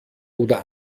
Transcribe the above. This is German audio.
oder